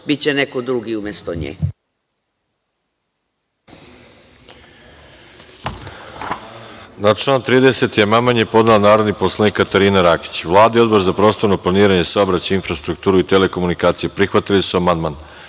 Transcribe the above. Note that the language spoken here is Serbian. biće neko drugi umeto nje.